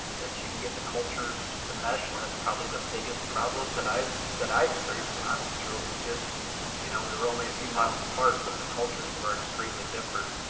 that you can get the cultures to mesh, and that's probably the biggest problem that i that i experienced when i went through it, was just you know we were only a few miles apart, but the cultures were extremely different.